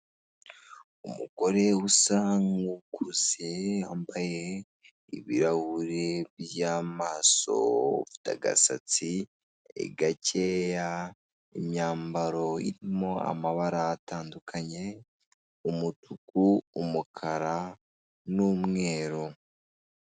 Umugore usa nk'ukuze wambaye ibirahure by'amaso ufite agasatsi gakeya, imyambaro irimo amabara agiye atandukanye: y'umutuku, umukara n'umweru.